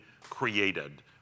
created